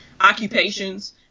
occupations